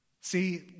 See